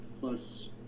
plus